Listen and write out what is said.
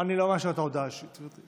אני לא מאשר את ההודעה האישית, גברתי.